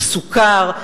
הוא סוקר,